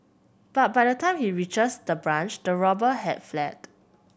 but by the time he reaches the branch the robber had fled